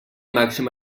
màxim